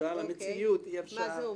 בגלל המציאות אי אפשר --- מה הוא אומר?